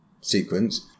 sequence